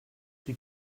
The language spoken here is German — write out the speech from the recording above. die